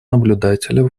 наблюдателя